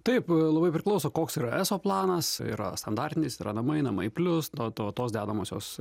taip labai priklauso koks yra eso planas yra standartinis namai namai plius nuo to tos dedamosios